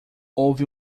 houve